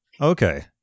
Okay